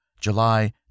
July